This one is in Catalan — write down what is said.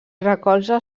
recolza